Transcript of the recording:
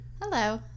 Hello